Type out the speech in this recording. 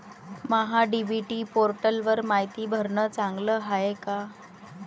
महा DBT पोर्टलवर मायती भरनं चांगलं हाये का?